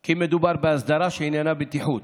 כי מדובר בהסדרה שעניינה בטיחות,